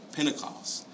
Pentecost